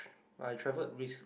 but I travelled Greece